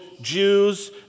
Jews